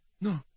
no